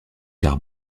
car